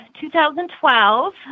2012